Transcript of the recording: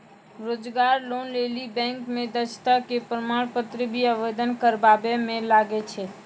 रोजगार लोन लेली बैंक मे दक्षता के प्रमाण पत्र भी आवेदन करबाबै मे लागै छै?